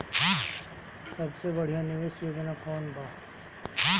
सबसे बढ़िया निवेश योजना कौन बा?